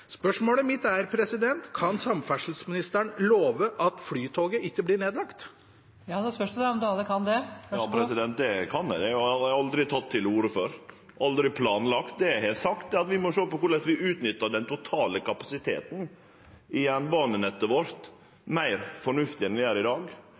Spørsmålet mitt er: Kan samferdselsministeren love at Flytoget ikke blir nedlagt? Ja, det kan eg. Eg har aldri teke til orde for og aldri planlagt det. Det eg har sagt, er at vi må sjå på korleis vi kan utnytte den totale kapasiteten på jernbanenettet vårt meir fornuftig enn vi gjer i